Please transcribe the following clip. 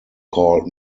called